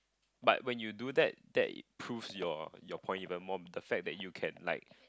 but when you do that that proves your your point even more the fact you can like